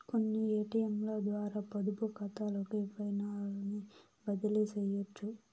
కొన్ని ఏటియంలద్వారా పొదుపుకాతాలోకి పైసల్ని బదిలీసెయ్యొచ్చు